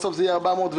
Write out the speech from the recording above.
בסוף זה יהיה 400 ו-600.